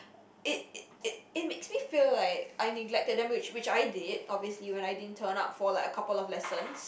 it it it it makes me feel like I neglected the language which I did obviously when I didn't turn up for a couple of lessons